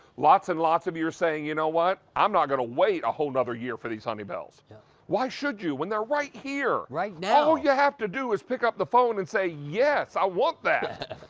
lots and lots of you you are saying you know what? i'm not going to wait a whole another year for the symbols. yeah why should you when they are right here? right now. all you have to do is pick up the phone and say yes i, want that!